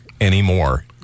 anymore